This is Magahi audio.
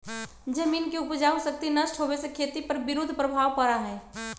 जमीन के उपजाऊ शक्ति नष्ट होवे से खेती पर विरुद्ध प्रभाव पड़ा हई